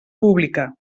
pública